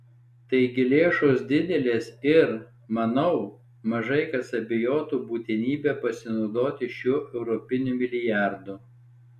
taigi lėšos didelės ir manau mažai kas abejotų būtinybe pasinaudoti šiuo europiniu milijardu